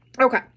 okay